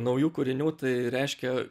naujų kūrinių tai reiškia